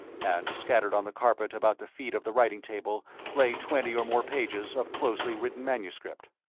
and scattered on the carpet about the feet of the writing table lay twenty or more pages of closely written manuscript.